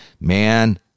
Man